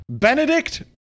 Benedict